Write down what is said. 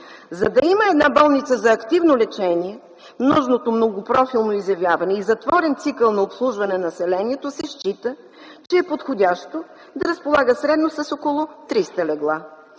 За да има една болница за активно лечение нужното многопрофилно изявяване и затворен цикъл на обслужване на населението се счита, че е подходящо да разполага средно с около 300 легла,